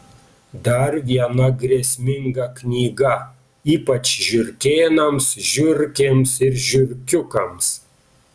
dar viena grėsminga knyga ypač žiurkėnams žiurkėms ir žiurkiukams